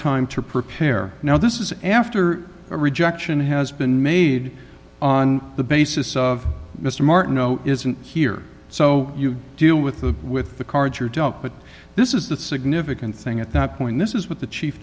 time to prepare now this is after a rejection has been made on the basis of mr martin oh isn't here so you deal with the with the cards you're dealt but this is the significant thing at that point this is what the chief